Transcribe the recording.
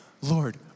Lord